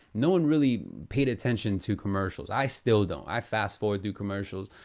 no one really paid attention to commercials, i still don't. i fast forward new commercials.